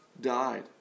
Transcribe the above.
died